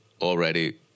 already